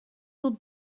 will